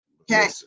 Okay